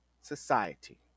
society